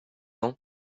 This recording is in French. ans